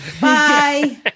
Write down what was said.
Bye